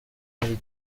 rye